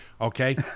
okay